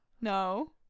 No